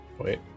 Wait